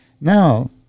Now